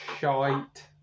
shite